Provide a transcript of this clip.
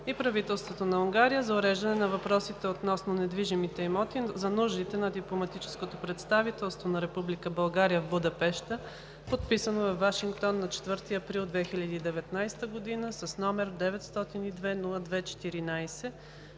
правителството на Унгария за уреждане на въпросите относно недвижимите имоти за нуждите на дипломатическото представителство на Република България в Будапеща, подписано във Вашингтон на 4 април 2019 г.“ ПРЕДСЕДАТЕЛ